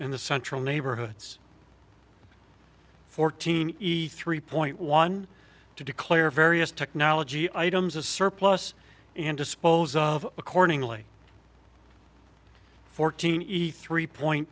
in the central neighborhoods fourteen ethe re point one to declare various technology items a surplus and dispose of accordingly fourteen ethe re point